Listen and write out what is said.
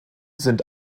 sind